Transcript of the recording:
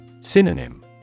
Synonym